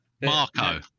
Marco